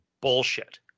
bullshit